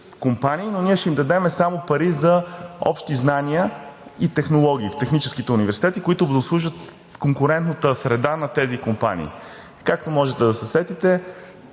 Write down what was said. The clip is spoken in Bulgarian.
но ще им дадем само пари за общи знания и технологии в техническите университети, които да обслужат конкурентната среда на тези компании. Както можете да се сетите,